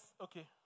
okay